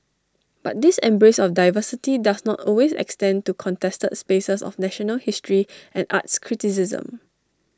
but this embrace of diversity does not always extend to contested spaces of national history and arts criticism